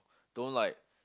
don't like